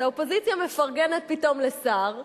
האופוזיציה מפרגנת פתאום לשר,